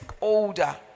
older